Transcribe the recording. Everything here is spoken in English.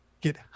get